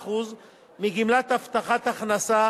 25% מגמלת הבטחת הכנסה